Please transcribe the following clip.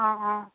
অ' অ'